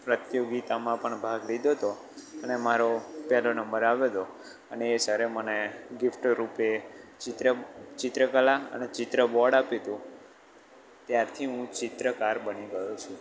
પ્રતિયોગિતામાં પણ ભાગ લીધો હતો અને મારો પહેલો નંબર આવેલો અને સરે મને ગિફ્ટ રૂપે ચિત્ર ચિત્રકલા અને ચિત્ર બોર્ડ આપ્યું હતું ત્યારથી હું ચિત્રકાર બની ગયો છું